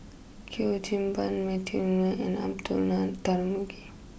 Ban Matthew Ngui and Abdullah Tarmugi